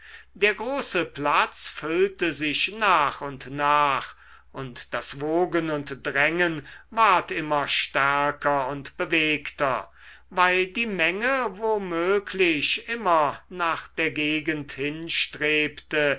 der große platz füllte sich nach und nach und das wogen und drängen ward immer stärker und bewegter weil die menge wo möglich immer nach der gegend hinstrebte